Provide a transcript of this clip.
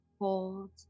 hold